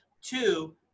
Two